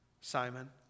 Simon